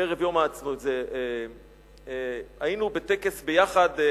ערב יום העצמאות, היינו ביחד,